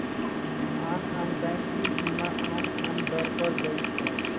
आन आन बैंक गृह बीमा आन आन दर पर दइ छै